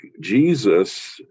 Jesus